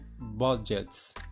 budgets